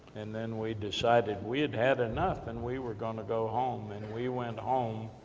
and then we decided we'd had enough, and we were gonna go home, and we went home,